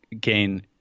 gain